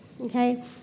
okay